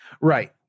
Right